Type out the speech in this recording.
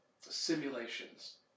simulations